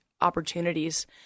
opportunities